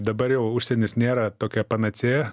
dabar jau užsienis nėra tokia panacėja